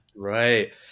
right